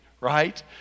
right